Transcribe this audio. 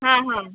हां हां